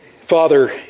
Father